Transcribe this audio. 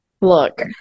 Look